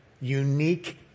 unique